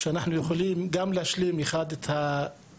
שאנחנו יכולים גם להשלים אחד את השני.